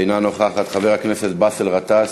אינה נוכחת, חבר הכנסת באסל גטאס,